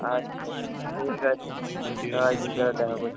আচ্ছা ঠিক আছে কাল বিকালে দেখা করছি